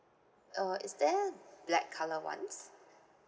uh is there black colour ones